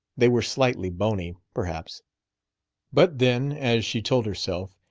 they were slightly bony, perhaps but then, as she told herself,